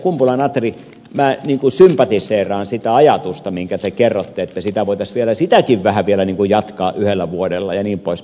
kumpula natri minä sympatiseeraan sitä ajatusta minkä te kerroitte että sitäkin voitaisiin vielä vähän jatkaa vuodella jnp